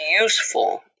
useful